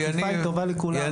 האכיפה היא טובה לכולם.